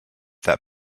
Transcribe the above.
that